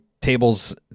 tables